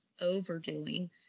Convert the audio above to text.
overdoing